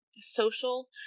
social